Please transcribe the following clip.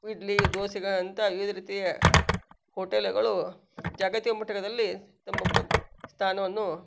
ಇಡ್ಲಿ ದೋಸೆಗಳಂಥ ವಿವಿಧ ರೀತಿಯ ಹೋಟಲಗಳು ಜಾಗತಿಕ ಮಟ್ಟದಲ್ಲಿ ತಮ್ಮ ಪ್ ಸ್ಥಾನವನ್ನು